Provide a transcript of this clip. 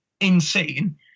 insane